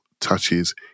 touches